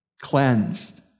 cleansed